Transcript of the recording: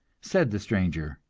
said the stranger,